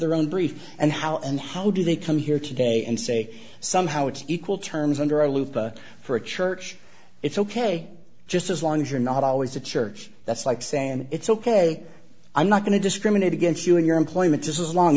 their own brief and how and how do they come here today and say somehow it's equal terms under a loop for a church it's ok just as long as you're not always a church that's like saying it's ok i'm not going to discriminate against you in your employment as long